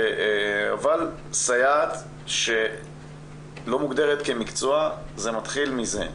אבל סייעת שלא מוגדרת כמקצוע זה מתחיל מזה.